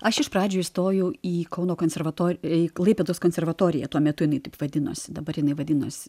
aš iš pradžių įstojau į kauno konservatoriją į klaipėdos konservatoriją tuo metu ne taip vadinosi dabar jinai vadinosi